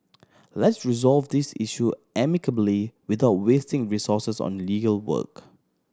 let's resolve this issue amicably without wasting resources on legal work